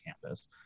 campus